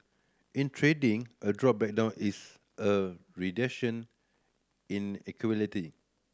in trading a drawback down is a reduction in